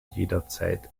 jederzeit